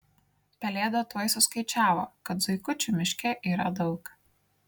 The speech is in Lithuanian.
pelėda tuoj suskaičiavo kad zuikučių miške yra daug